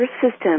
system